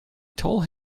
told